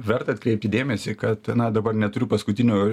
verta atkreipti dėmesį kad na dabar neturiu paskutinių